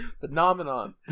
Phenomenon